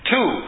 Two